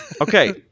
Okay